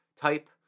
type